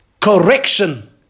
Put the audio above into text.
correction